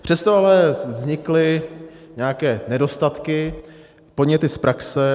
Přesto ale vznikly nějaké nedostatky, podněty z praxe.